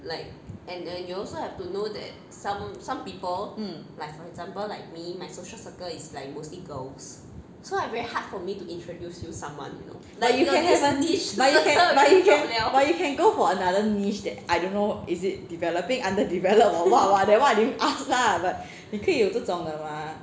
mm like you can have but you can but you can go for another niche that I don't know is it developing under develop or what [what] that one I don't ask lah 你可以有这种的 mah